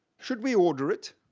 should we order it?